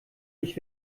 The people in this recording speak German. ich